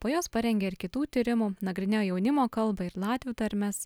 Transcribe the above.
po jos parengė ir kitų tyrimų nagrinėjo jaunimo kalbą ir latvių tarmes